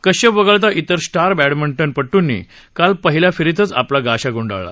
कश्यप वगळता इतर स्टार बॅडमिंटनपट़ंनी काल पहिल्या फेरीतच आपला गाशा गूंडाळला